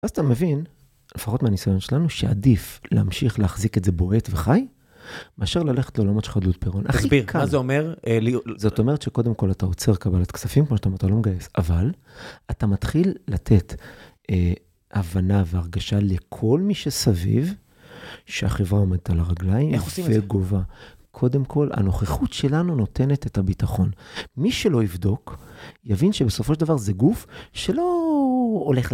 ואז אתה מבין, לפחות מהניסיון שלנו, שעדיף להמשיך להחזיק את זה בועט וחי, מאשר ללכת לעולמות של חדלות פירעון. תסביר, מה זה אומר? זאת אומרת שקודם כל אתה עוצר קבלת כספים, כמו שאתה אומר, אתה לא מגייס, אבל אתה מתחיל לתת הבנה והרגשה לכל מי שסביב שהחברה עומדת על הרגליים וגובה. קודם כל, הנוכחות שלנו נותנת את הביטחון. מי שלא יבדוק, יבין שבסופו של דבר זה גוף שלא הולך...